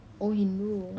oh hindu